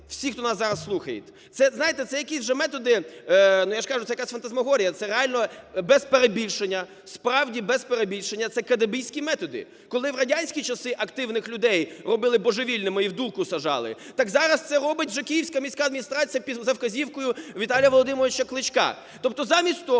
всі, хто нас зараз слухають. Знаєте, це якісь вже методи, ну я ж кажу, це якась фантасмагорія, це реально без перебільшення, справді, без перебільшення, це кегебістські методи, коли в радянські часи активних людей робили божевільними і "дурку" саджали, так зараз це робить вже Київська міська державна адміністрація за вказівкою Віталія Володимировича Кличка, тобто замість того,